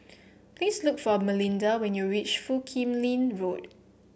please look for Melinda when you reach Foo Kim Lin Road